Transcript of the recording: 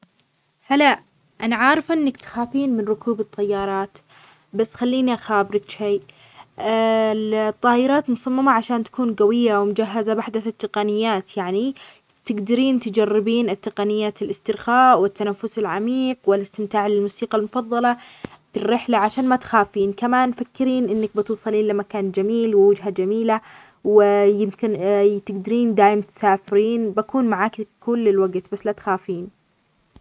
هلا أنا عارفة إنك تخافين من ركوب الطيارات بس خليني أخابرك شيء، الطائرات مصممة عشان تكون قوية ومجهزة بأحدث التقنيات، يعني تقدرين تجربين التقنيات، الاسترخاء والتنفس العميق والاستمتاع للموسيقى المفضلة في الرحلة، عشان ما تخافين كمان فكرين إنك بتوصلين لمكان جميل ووجهة جميلة، و يمكن تقدرين دايم تسافرين بكون معاكي كل الوقت بس لا تخافين.